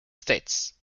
states